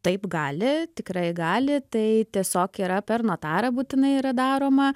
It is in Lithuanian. taip gali tikrai gali tai tiesiog yra per notarą būtinai yra daroma